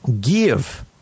give